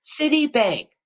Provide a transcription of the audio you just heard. Citibank